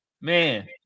Man